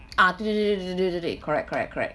ah 对对对对对对对 correct correct correct